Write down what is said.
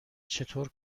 چطور